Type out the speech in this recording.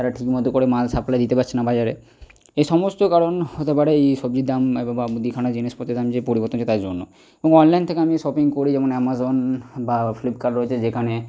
তারা ঠিক মতো করে মাল সাপ্লাই দিতে পারছে না বাজারে এ সমস্ত কারণ হতে পারে এই সবজির দাম বা মুদিখানার জিনিসপত্রের দাম যে পরিবর্তন হচ্ছে তার জন্য এবং অনলাইন থেকে আমি শপিং করি যেমন অ্যামাজন বা ফ্লিপকার্ট রয়েছে যেখানে